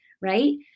right